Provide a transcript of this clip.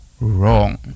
wrong